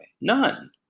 none